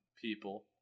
people